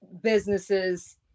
businesses